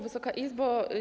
Wysoka Izbo!